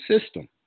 system